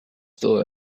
still